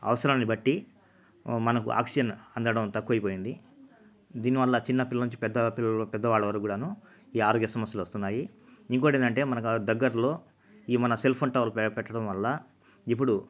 అవసరాన్ని బట్టి మనకు ఆక్సిజన్ అందడం తక్కువ అయిపోయింది దీనివల్ల చిన్నపిల్లల నుంచి పెద్ద పిల్లల పెద్ద వాళ్ళ వరుకు కూడా ఈ ఆరోగ్య సమస్యలు వస్తున్నాయి ఇంకొకటి ఏంటంటే మనకు దగ్గరలో ఈ మన సెల్ ఫోను టవర్ పెట్టడం వల్ల ఇప్పుడు